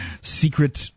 secret